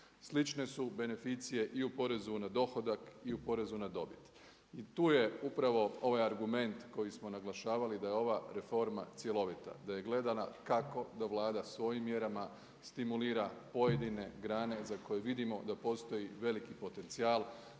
Slične su beneficije i u porezu na dohodak i u porezu na dobit. I tu je upravo ovaj argument koji smo naglašavali da je ova reforma cjelovita, da je gledana kako da Vlada svojim mjerama stimulira pojedine grane za koje vidimo da postoji veliki potencijal.